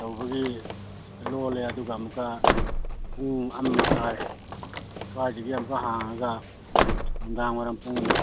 ꯇꯧꯕꯒꯤ ꯂꯣꯜꯂꯦ ꯑꯗꯨꯒ ꯑꯃꯨꯛꯀ ꯄꯨꯡ ꯑꯃ ꯃꯈꯥꯏ ꯁ꯭ꯋꯥꯏꯗꯒꯤ ꯑꯃꯨꯛꯀ ꯍꯥꯡꯉꯒ ꯅꯨꯡꯗꯥꯡ ꯋꯥꯏꯔꯝ ꯄꯨꯡ